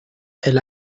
elle